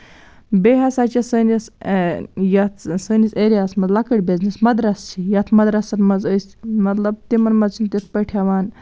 بیٚیہِ ہسا چھِ سٲنِس یَتھ سٲنِس ایریاہَس منٛز لۅکٕٹۍ بِزنس مَدرَس چھِ یَتھ مدرَسس منٛز أسۍ مطلب تِمن منٛز چھِنہٕ تِتھٕ پٲٹھۍ کھیٚوان